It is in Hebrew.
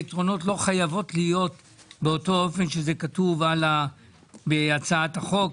פתרונות לא חייבים להיות באותו אופן שזה כתוב בהצעת החוק.